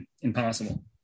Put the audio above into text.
impossible